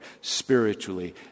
spiritually